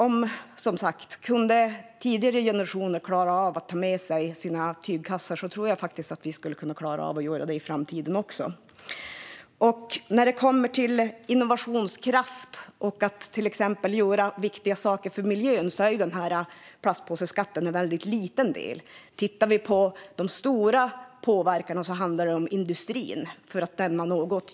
Kunde tidigare generationer klara av att ta med sig tygkassar tror jag att vi skulle kunna klara av att göra det i framtiden också. När det kommer till innovationskraft och att göra viktiga saker för miljön är plastpåseskatten en mycket liten del. Den stora påverkan handlar om industrin, för att nämna något.